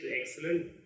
excellent